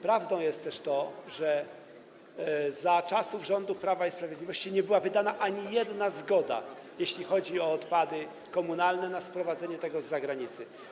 Prawdą jest też to, że za czasów rządu Prawa i Sprawiedliwości nie była wydana ani jedna zgoda, jeśli chodzi o odpady komunalne, na sprowadzenie ich z zagranicy.